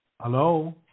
hello